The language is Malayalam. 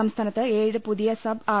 സംസ്ഥാനത്ത് ഏഴ് പുതിയ സബ് ആർ